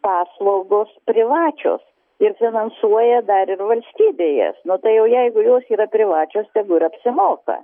paslaugos privačios ir finansuoja dar ir valstybė jas nu tai jau jeigu jos yra privačios tegu ir apsimoka